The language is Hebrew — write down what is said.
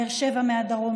באר שבע בדרום,